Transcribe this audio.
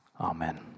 Amen